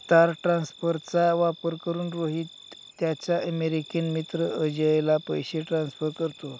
तार ट्रान्सफरचा वापर करून, रोहित त्याचा अमेरिकन मित्र अजयला पैसे ट्रान्सफर करतो